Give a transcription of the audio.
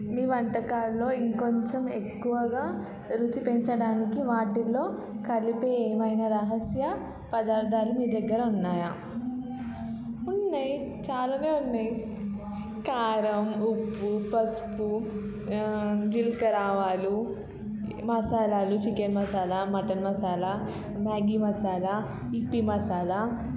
మీ వంటకాలలో ఇంకొంచం ఎక్కువగా రుచి పెంచడానికి వాటిలో కలిపే ఏమైన రహస్య పదార్థాలు మీ దగ్గర ఉన్నాయా ఉన్నాయి చాలా ఉన్నాయి కారం ఉప్పు పసుపు జీలకర్ర ఆవాలు మసాలాలు chicken masala mutton masala Maggi masala Yippee మసాల